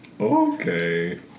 Okay